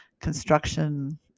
construction